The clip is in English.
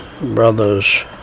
brothers